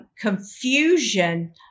confusion